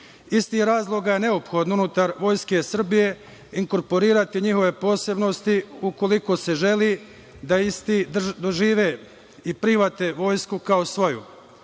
Iz tih razloga je neophodno unutar Vojske Srbije inkorporirati njihove posebnosti, ukoliko se želi da isti dožive i prihvate Vojsku kao svoju.Za